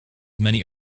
many